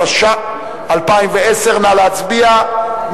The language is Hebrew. התשע"א 2010. נא להצביע.